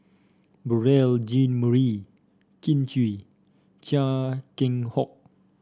Beurel Jean Marie Kin Chui Chia Keng Hock